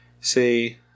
See